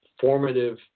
formative